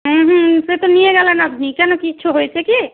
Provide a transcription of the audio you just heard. হুম হুম সে তো নিয়ে গেলেন আপনি কেন কিছু হয়েছে কি